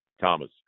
Thomas